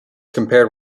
compared